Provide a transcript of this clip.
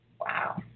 Wow